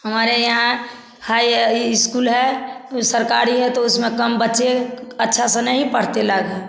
हमारे यहाँ high school है वह सरकारी है तो उसमें कम बच्चे अच्छा से नहीं पढ़ते लाभ